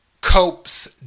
copes